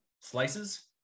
slices